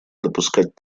допускать